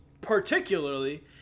particularly